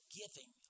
giving